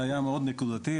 זה היה מאוד נקודתי,